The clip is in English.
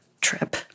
trip